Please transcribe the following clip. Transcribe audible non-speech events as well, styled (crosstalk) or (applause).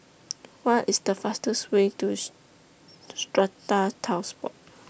(noise) What IS The fastest Way Tooth Strata Titles Board